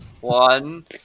one